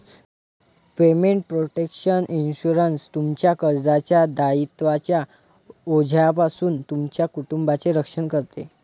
payment protection insurance, तुमच्या कर्जाच्या दायित्वांच्या ओझ्यापासून तुमच्या कुटुंबाचे रक्षण करते